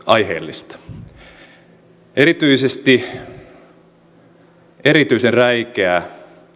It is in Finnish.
aiheellista erityisen räikeä